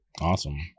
Awesome